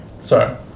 sorry